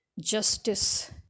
justice